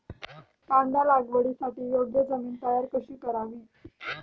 कांदा लागवडीसाठी योग्य जमीन तयार कशी करावी?